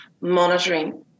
monitoring